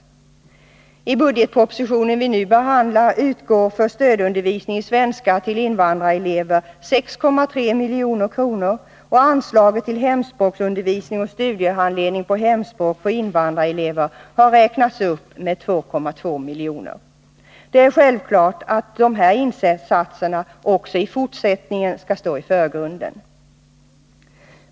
Enligt budgetpropositionen, som vi nu behandlar, utgår för stödundervisning i svenska åt invandrarelever 6,3 milj.kr., och anslaget till hemspråksundervisning och studiehandledning på hemspråk för invandrarelever har räknats upp med 2,2 milj.kr. Det är självklart att dessa insatser också i fortsättningen skall stå i förgrunden.